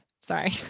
Sorry